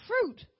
fruit